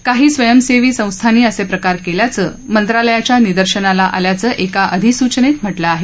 काही स्वयंसेवी संस्थांनी असे प्रकार केल्याचं मंत्रालयाच्या निदर्शनाला आलं असल्याचं एका अधिसूचनेत म्हटलं आहे